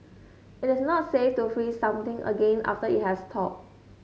it is not safe to freeze something again after it has thawed